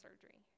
surgery